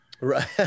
Right